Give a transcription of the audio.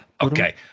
Okay